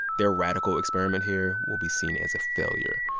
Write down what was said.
their radical experiment here will be seen as a failure.